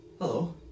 Hello